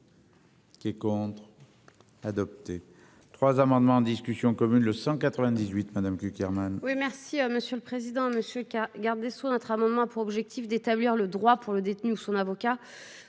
Qui est contre. Adopté. 3 amendements en discussion commune le 198 madame Cukierman. Oui, merci monsieur le président, Monsieur K garde des Sceaux. Un autre amendement a pour objectif d'établir le droit pour le détenu ou son avocat